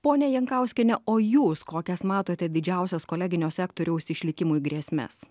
ponia jankauskiene o jūs kokias matote didžiausias koleginio sektoriaus išlikimui grėsmes